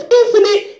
infinite